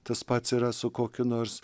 tas pats yra su kokiu nors